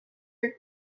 were